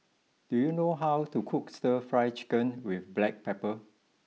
do you know how to cook Stir Fry Chicken with Black Pepper